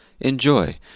enjoy